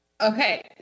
okay